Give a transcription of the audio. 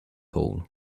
all